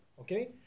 Okay